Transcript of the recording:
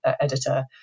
editor